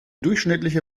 durchschnittliche